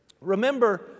Remember